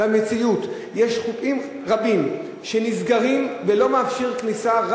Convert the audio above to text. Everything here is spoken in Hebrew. במציאות יש חופים רבים שנסגרים ולא מאפשרים כניסה,